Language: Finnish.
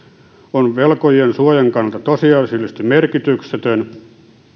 on velkojien suojan kannalta tosiasiallisesti merkityksetön